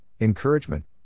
encouragement